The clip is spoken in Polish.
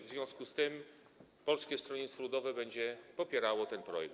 W związku z tym Polskie Stronnictwo Ludowe będzie popierało ten projekt.